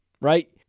right